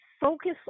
focus